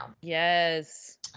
Yes